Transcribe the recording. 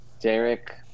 Derek